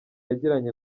yagiranye